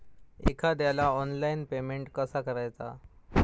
एखाद्याला online payment कसा करायचा?